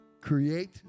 create